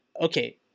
Okay